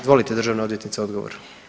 Izvolite državna odvjetnice, odgovor.